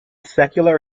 secular